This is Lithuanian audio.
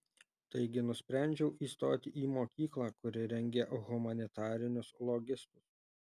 taigi nusprendžiau įstoti į mokyklą kuri rengia humanitarinius logistus